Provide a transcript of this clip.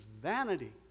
vanity